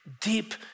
deep